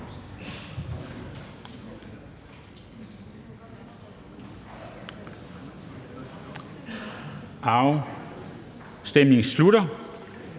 Afstemningen slutter.